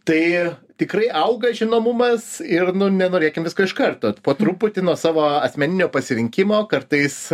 tai tikrai auga žinomumas ir nenorėkim visko iš karto po truputį nuo savo asmeninio pasirinkimo kartais